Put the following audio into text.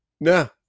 No